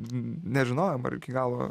nežinojom ar iki galo